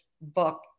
book